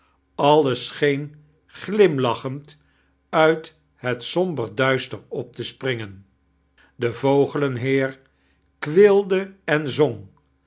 alles scheen glimlachend uit het somber duister op te springen het vogelenheir kweelde ein zong